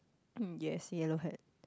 mm yes yellow hat